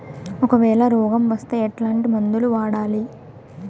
ఒకవేల రోగం వస్తే ఎట్లాంటి మందులు వాడాలి?